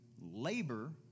labor